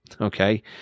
Okay